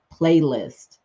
playlist